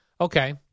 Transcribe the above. Okay